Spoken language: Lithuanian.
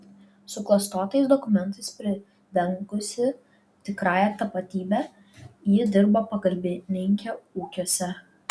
suklastotais dokumentais pridengusi tikrąją tapatybę ji dirbo pagalbininke ūkiuose